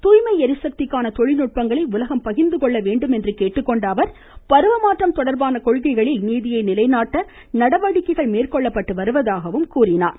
தூய்மை எரிசக்திக்கான தொழில்நுட்பங்களை உலகம் பகிர்ந்து கொள்ள வேண்டும் என்று குறிப்பிட்ட அவர் பருவமாற்றம் தொடர்பான கொள்கைகளில் நீதியை நிலைநாட்ட நடவடிக்கைகள் மேற்கொள்ளப்படுவதாகவும் குறிப்பிட்டார்